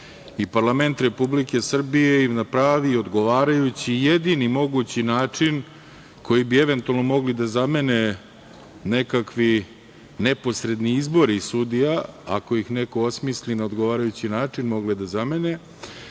i parlament Republike Srbije im na pravi, odgovarajući i jedni mogući način, koji bi eventualno mogli da zamene nekakvi neposredni izbori sudija, ako ih neko osmisli na odgovarajući način mogli da zamene,